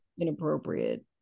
inappropriate